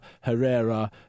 Herrera